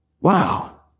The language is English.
Wow